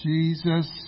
Jesus